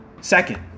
Second